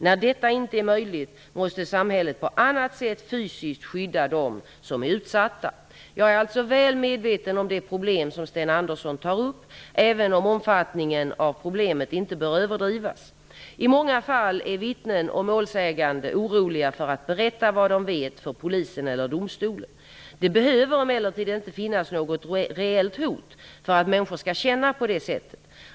När detta inte är möjligt måste samhället på annat sätt fysiskt skydda dem som är utsatta. Jag är alltså väl medveten om det problem som Sten Andersson tar upp, även om omfattningen av problemet inte bör överdrivas. I många fall är vittnen och målsägande oroliga för att berätta vad de vet för polisen eller domstolen. Det behöver emellertid inte finnas något reellt hot för att människor skall känna på det sättet.